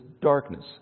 darkness